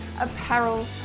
apparel